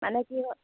মানে কি হ'ল